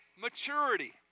maturity